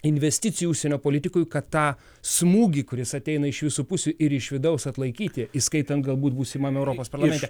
investicijų užsienio politikoje kad tą smūgį kuris ateina iš visų pusių ir iš vidaus atlaikyti įskaitant galbūt būsimam europos parlamente